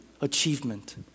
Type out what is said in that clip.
Achievement